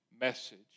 message